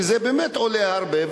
שזה באמת עולה הרבה,